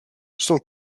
sont